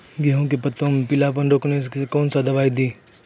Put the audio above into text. गेहूँ के पत्तों मे पीलापन रोकने के कौन दवाई दी?